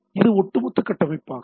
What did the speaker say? இது ஒட்டுமொத்த கட்டமைப்பாகும்